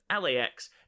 LAX